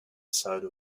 side